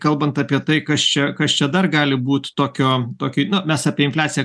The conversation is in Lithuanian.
kalbant apie tai kas čia kas čia dar gali būt tokio toki nu mes apie infliaciją